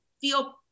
feel